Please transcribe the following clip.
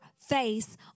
face